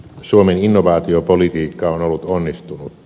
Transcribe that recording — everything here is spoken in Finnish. suomen innovaatiopolitiikka on ollut onnistunutta